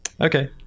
okay